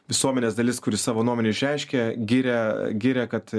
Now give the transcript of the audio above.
visuomenės dalis kuri savo nuomonę išreiškė giria giria kad